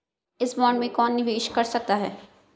इस बॉन्ड में कौन निवेश कर सकता है?